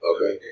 Okay